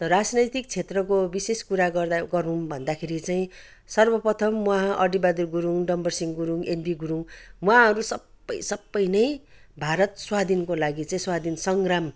राजनैतिक क्षेत्रको विशेष कुरा गर्दा गरौँ भन्दाखेरि चाहिँ सर्वप्रथम म अरी बहादुर गुरुङ डम्बरसिहँ गुरुङ एलबी गुरुङ उहाँहरू सबै सबै नै भारत स्वाधिनको लागि चाहिँ स्वाधिन सङ्ग्राम